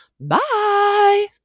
Bye